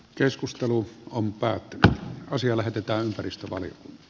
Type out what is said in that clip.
keskustelu on päätettävä asia lähetetään perustuvan